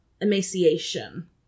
emaciation